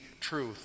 truth